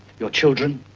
your children,